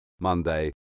Monday